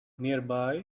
nearby